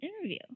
interview